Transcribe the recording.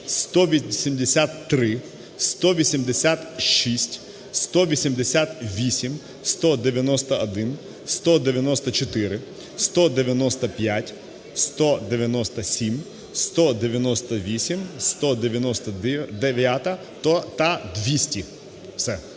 183, 186, 188, 191, 194, 195, 197, 198, 199-а та 200. Все.